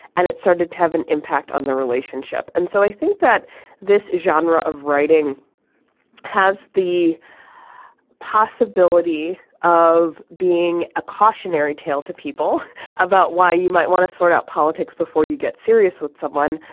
and it started to have an impact on the relationship. and so i think that this genre of writing has the possibility of being a cautionary tale to people about why you might want to sort out politics before you get serious with someone.